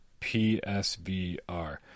PSVR